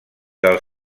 del